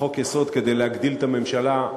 לחוק-יסוד, כדי להגדיל את הממשלה,